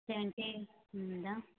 seventy ఉందా